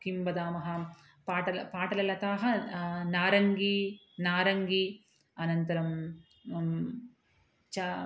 किं वदामः पाटल पाटल लताः नारङ्गी नारङ्गी अनन्तरं च